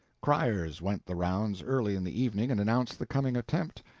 criers went the rounds early in the evening and announced the coming attempt,